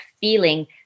feeling